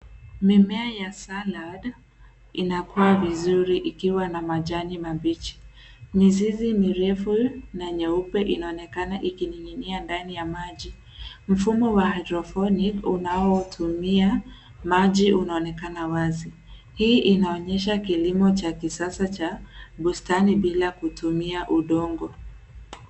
Mimea ya salad inakuwa vizuri ikiwa na majani mabichi. Mizizi mirefu na nyeupe inaonekana ikining'inia ndani ya maji. Mfumo wa (cs)hydroponic(cs) unaotumia maji inaonekana wazi. Hii inaonyesha kilimo cha sasa cha bustani bila kutumia udongo.